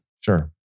Sure